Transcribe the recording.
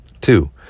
Two